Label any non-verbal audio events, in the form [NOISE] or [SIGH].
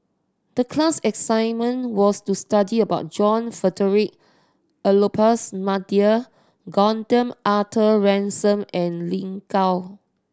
the class assignment was to study about John Frederick [UNINTELLIGIBLE] Gordon Arthur Ransome and Lin Gao